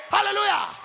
Hallelujah